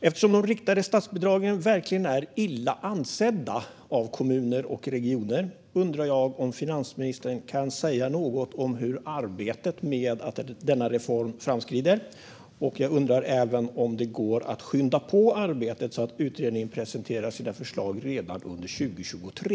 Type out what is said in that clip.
Eftersom de riktade statsbidragen verkligen är illa ansedda av kommuner och regioner undrar jag om finansministern kan säga något om hur arbetet med denna reform framskrider. Jag undrar även om det går att skynda på arbetet, så att utredningen presenterar sina förslag redan under 2023.